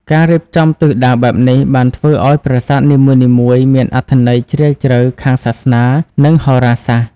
ការរៀបចំទិសដៅបែបនេះបានធ្វើឲ្យប្រាសាទនីមួយៗមានអត្ថន័យជ្រាលជ្រៅខាងសាសនានិងហោរាសាស្ត្រ។